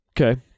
Okay